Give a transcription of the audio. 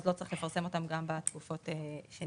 צריך יהיה לפרסם אותם גם בתקופות שנקבעו.